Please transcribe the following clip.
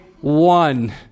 one